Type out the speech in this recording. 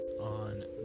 on